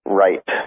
right